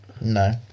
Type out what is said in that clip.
No